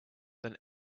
than